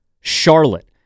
Charlotte